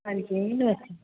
ਹਾਂਜੀ ਨਮਸਤੇ ਜੀ